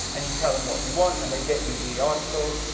and you tell them what you want, and they get you the article.